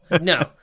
No